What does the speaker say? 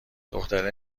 دختره